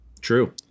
True